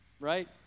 Right